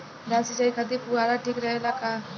धान सिंचाई खातिर फुहारा ठीक रहे ला का?